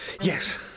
Yes